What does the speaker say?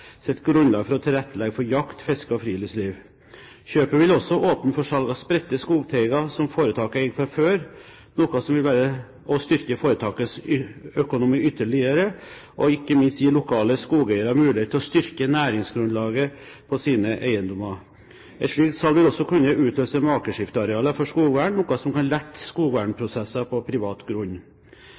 grunnlag for å tilrettelegge for jakt, fiske og friluftsliv. Kjøpet vil også åpne for salg av spredte skogteiger som foretaket eier fra før, noe som vil styrke foretakets økonomi ytterligere og ikke minst gi lokale skogeiere mulighet til å styrke næringsgrunnlaget på sine eiendommer. Et slikt salg vil også kunne utløse makeskiftearealer for skogvern, noe som kan lette skogvernprosesser på privat grunn.